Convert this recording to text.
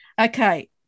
Okay